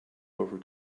over